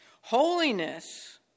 holiness